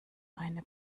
eine